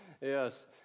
yes